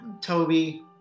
Toby